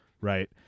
right